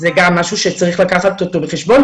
זה גם משהו שצריך לקחת אותו בחשבון.